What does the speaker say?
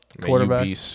quarterback